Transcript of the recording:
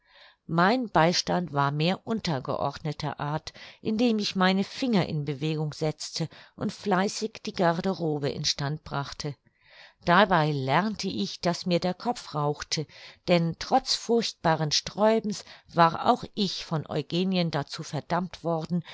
mein beistand war mehr untergeordneter art indem ich meine finger in bewegung setzte und fleißig die garderobe in stand brachte dabei lernte ich daß mir der kopf rauchte denn trotz furchtbaren sträubens war auch ich von eugenien dazu verdammt worden